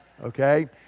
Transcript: Okay